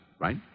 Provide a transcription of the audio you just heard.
right